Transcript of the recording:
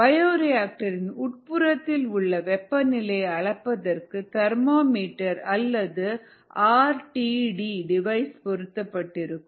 bioreactor இன் உட்புறத்தில் உள்ள வெப்பநிலையை அளப்பதற்கு தர்மா மீட்டர் அல்லது ஆர் டி டி கருவி பொருத்தப்பட்டிருக்கும்